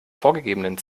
vorgegebenen